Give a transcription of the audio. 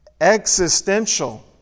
existential